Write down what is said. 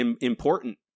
important